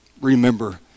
Remember